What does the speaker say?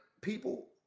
people